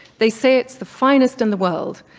they say it's the finest in the world,